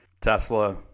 Tesla